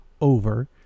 over